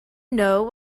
know